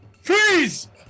Freeze